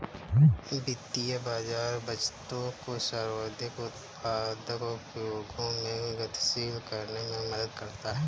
वित्तीय बाज़ार बचतों को सर्वाधिक उत्पादक उपयोगों में गतिशील करने में मदद करता है